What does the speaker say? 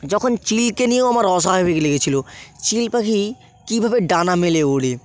যখন চিলকে নিয়েও আমার অস্বাভাবিক লেগেছিলো চিল পাখি কীভাবে ডানা মেলে ওরে